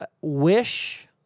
Wish